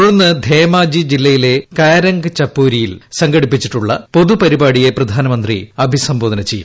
തുടർന്ന് ധേമാജി ജില്ലയിലെ കാരംഗ് ച്ചപ്പോരിയിൽ സംഘടിപ്പിച്ചിട്ടുള്ള പൊതു പരിപാടിയെ പ്രധാനമൃത്ത് അഭിസംബോധന ചെയ്യും